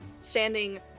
standing